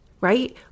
right